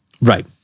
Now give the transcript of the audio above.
Right